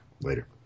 Later